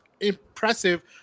impressive